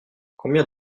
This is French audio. combien